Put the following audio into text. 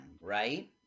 right